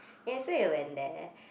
ya so we went there